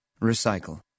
Recycle